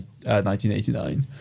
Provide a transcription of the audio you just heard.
1989